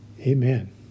Amen